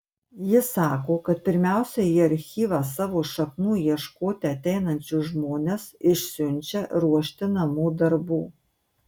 ji sako kad pirmiausia į archyvą savo šaknų ieškoti ateinančius žmones išsiunčia ruošti namų darbų